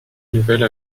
nouvelle